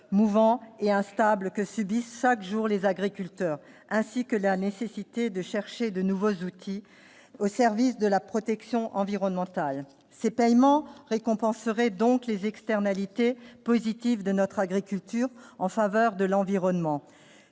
mouvant et instable que subissent chaque jour les agriculteurs ainsi que la nécessité de chercher de nouveaux outils au service de la protection environnementale ces paiements récompense donc les externalités positives de notre agriculture en faveur de l'environnement